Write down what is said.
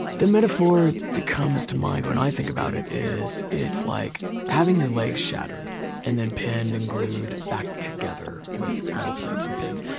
the metaphor that comes to mind when i think about it is it's like having your legs shattered and then pinned and glued back together with metal plates and pins.